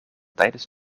tijdens